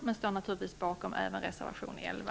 Jag står naturligtvis även bakom reservation 11.